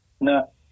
No